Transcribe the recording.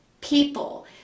people